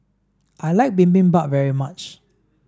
I like Bibimbap very much